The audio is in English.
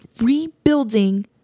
rebuilding